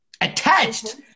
attached